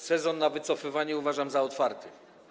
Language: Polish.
Sezon na wycofywanie uważam za otwarty.